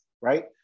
Right